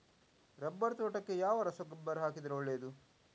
Rubber ತೋಟಕ್ಕೆ ಯಾವ ರಸಗೊಬ್ಬರ ಹಾಕಿದರೆ ಒಳ್ಳೆಯದು?